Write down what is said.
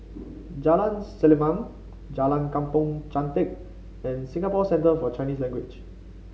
Jalan Selimang Jalan Kampong Chantek and Singapore Centre For Chinese Language